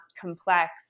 complex